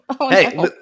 Hey